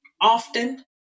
often